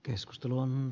keskustelumme